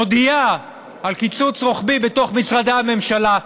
מודיעה על קיצוץ רוחבי בתוך משרדי הממשלה,